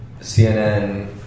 CNN